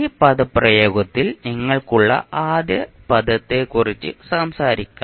ഈ പദപ്രയോഗത്തിൽ നിങ്ങൾക്കുള്ള ആദ്യ പദത്തെക്കുറിക്കുറിച്ച് സംസാരിക്കാം